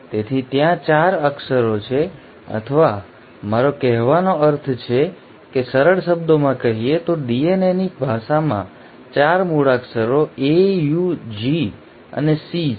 તેથી ત્યાં ૪ અક્ષરો છે અથવા મારો કહેવાનો અર્થ છે કે સરળ શબ્દોમાં કહીએ તો DNAની ભાષામાં ૪ મૂળાક્ષરો A U G અને C છે